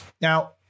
Now